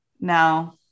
No